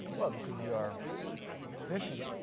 well, because you are efficient.